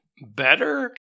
better